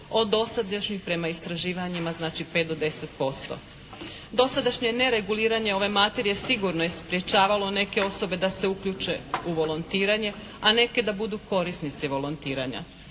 od dosadašnjih prema istraživanjima znači 5 do 10%. Dosadašnje nereguliranje ove materije sigurno je sprječavalo neke osobe da se uključe u volontiranje, a neke da budu korisnici volontiranja.